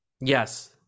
Yes